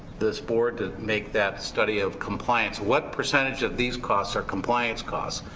this board make that study of compliance. what percentage of these costs are compliance costs?